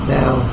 now